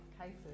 cases